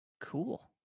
Cool